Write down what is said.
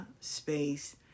space